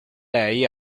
lei